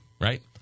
Right